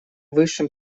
высшим